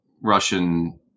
Russian